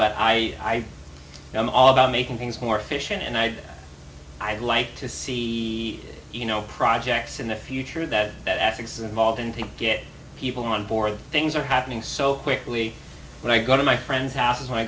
but i am all about making things more efficient and i'd i'd like to see you know projects in the future that that ethics involved in to get people on board things are happening so quickly when i go to my friends houses when i